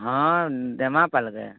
ହଁ